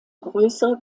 größere